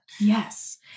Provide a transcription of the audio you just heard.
Yes